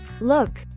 Look